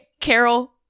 Carol